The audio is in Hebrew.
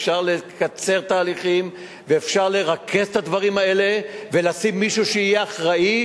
אפשר לקצר תהליכים ואפשר לרכז את הדברים האלה ולשים מישהו שיהיה אחראי,